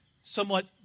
somewhat